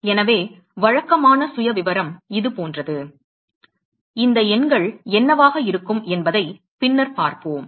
எனவே வழக்கமான சுயவிவரம் இது போன்றது இந்த எண்கள் என்னவாக இருக்கும் என்பதை பின்னர் பார்ப்போம்